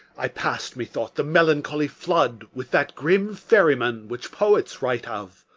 i pass'd, methought, the melancholy flood with that grim ferryman which poets write of,